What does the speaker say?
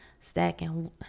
stacking